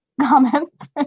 comments